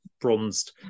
bronzed